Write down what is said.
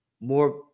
more